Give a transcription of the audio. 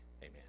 amen